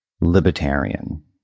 libertarian